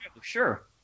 Sure